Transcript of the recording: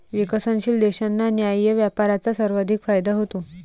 विकसनशील देशांना न्याय्य व्यापाराचा सर्वाधिक फायदा होतो